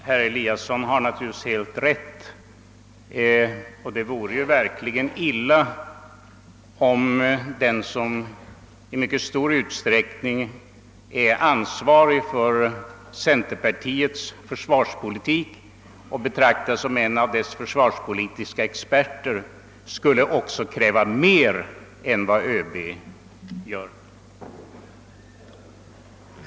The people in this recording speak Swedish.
Herr Eliasson i Sundborn har naturligtvis helt rätt i att han inte krävt mer än ÖB, det vore verkligen illa om den, som i mycket stor utsträckning är ansvarig för centerpartiets försvarspolitik och betraktas som en av sitt partis försvarspolitiska experter, skulle kräva mer än vad överbefälhavaren gör.